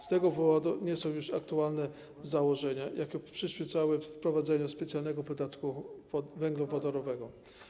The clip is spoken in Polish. Z tego powodu nie są już aktualne założenia, jakie przyświecały wprowadzeniu specjalnego podatku węglowodorowego.